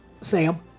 Sam